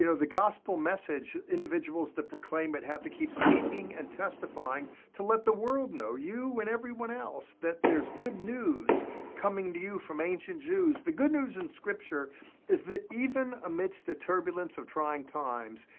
you know the gospel message, individuals that proclaim it but have to keep speaking and testifying to let the world know, you and everyone else, that there's good news coming to you from ancient jews. the good news in scripture is that even amidst the turbulence of trying times,